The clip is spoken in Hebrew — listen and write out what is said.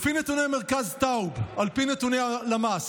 לפי נתוני מרכז טאוב, לפי נתוני הלמ"ס,